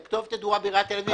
לכתובת ידועה בעיריית תל אביב.